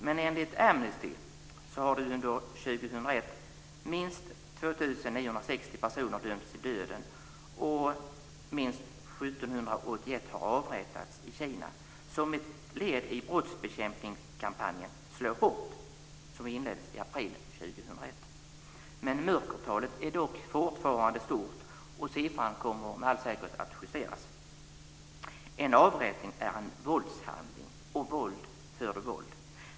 Men enligt Amnesty har under 2001 minst 2 960 personer dömts till döden och minst 1 781 avrättats i Kina som ett led i brottsbekämpningskampanjen Slå hårt, som inleddes i april 2001. Mörkertalet är dock fortfarande stort och siffran kommer med all säkerhet att justeras. En avrättning är en våldshandling, och våld föder våld.